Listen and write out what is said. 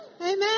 Amen